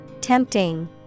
Tempting